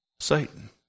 Satan